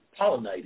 pollinated